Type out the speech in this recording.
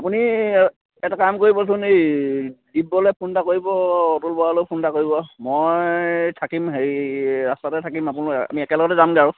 আপুনি এটা কাম কৰিবচোন এই দিব্যলৈ ফোন এটা কৰিব অতুল বৰালৈয়ো ফোন এটা কৰিব মই থাকিম হেৰি ৰাস্তাতে থাকিম আপুনি আমি একেলগতে যামগৈ আৰু